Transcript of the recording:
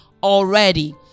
Already